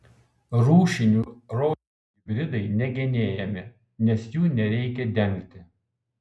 rūšinių rožių hibridai negenėjami nes jų nereikia dengti